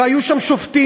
והיו שם שופטים,